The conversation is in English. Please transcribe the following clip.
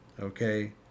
Okay